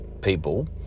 people